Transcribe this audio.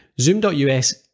Zoom.us